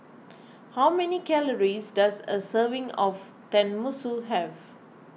how many calories does a serving of Tenmusu have